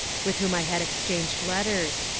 with whom i had exchanged letters.